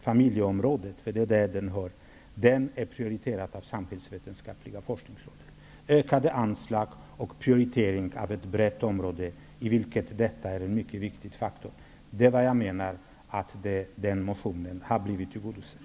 Familjeområdet är prioriterat av Socialvetenskapliga rådet, eftersom incestforskningen bedrivs inom det området. Genom prioritering av ett brett område med ökade anslag, där denna forskning är en mycket viktig faktor, har motionen tillgodosetts.